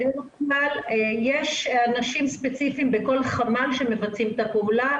בדרך כלל יש אנשים ספציפיים בכל חמ"ל שמבצעים את הפעולה,